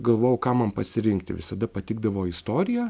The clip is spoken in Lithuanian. galvojau ką man pasirinkti visada patikdavo istorija